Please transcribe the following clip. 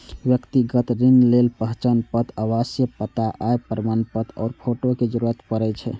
व्यक्तिगत ऋण लेल पहचान पत्र, आवासीय पता, आय प्रमाणपत्र आ फोटो के जरूरत पड़ै छै